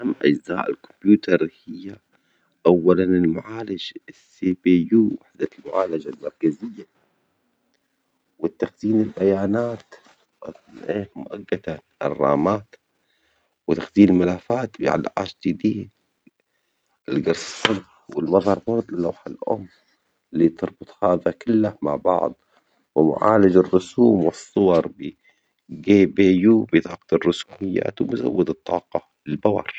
أجزاء الكمبيوتر هي: أولاً المعالج CPUوحدة المعالجة المركزية، والتخزين البيانات مؤقتة الرامات، وتخزين الملفت ، المازربورد اللوحة الأم اللي تربط هذا كله مع بعض، ومعالج الرسوم والصور (جي بي يو) بطاقة الرسوميات، وبزود الطاقة (البور).